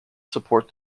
support